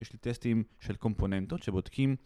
יש לי טסטים של קומפוננטות שבודקים